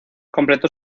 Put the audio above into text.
completó